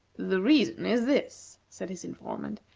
the reason is this, said his informant.